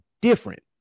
different